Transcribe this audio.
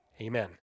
Amen